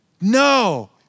No